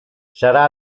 sarà